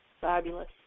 Fabulous